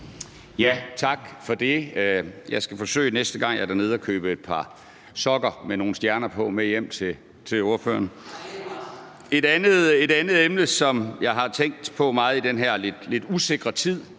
Tak for det. Jeg skal forsøge, næste gang jeg er dernede, at købe par sokker med nogle stjerner på med hjem til ordføreren. Der er et andet emne, som jeg har tænkt meget på i den her lidt usikre tid,